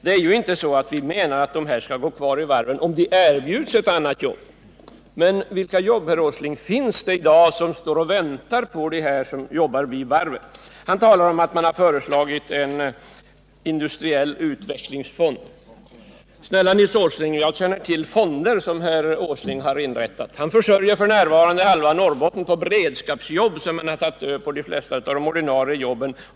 Vi menar inte att dessa människor skall gå kvar vid varven om de erbjuds ett annat jobb. Men vilka jobb, herr Åsling, står i dag och väntar på dem som jobbar vid varven? Nils Åsling talar om att man föreslagit en industriell utvecklingsfond. Snälla Nils Åsling, jag känner till fonder som herr Åsling har inrättat. Han försörjer f. n. halva Norrbotten på beredskapsjobb sedan man tagit bort de flesta ordinarie jobben.